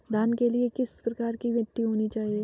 धान के लिए किस प्रकार की मिट्टी होनी चाहिए?